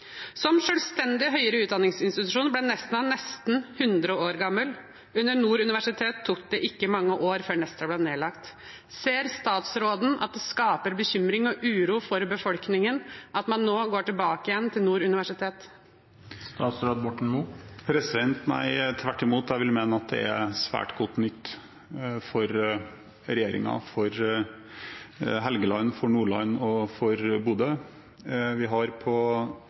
Som selvstendig høyere utdanningsinstitusjon ble Nesna nesten 100 år gammel. Under Nord universitet tok det ikke mange år før Nesna ble nedlagt. Ser statsråden at det skaper bekymring og uro for befolkningen at man nå går tilbake igjen til Nord universitet? Nei, tvert imot. Jeg vil mene at det er svært godt nytt for regjeringen, for Helgeland, for Nordland og for Bodø. Vi har på